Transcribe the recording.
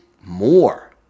more